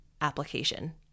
application